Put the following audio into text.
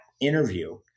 interview